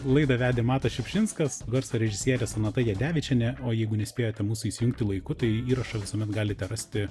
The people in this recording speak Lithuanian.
laidą vedė matas šiupšinskas garso režisierė sonata jadevičienė o jeigu nespėjote mūsų įsijungti laiku tai įrašą visuomet galite rasti